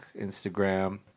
Instagram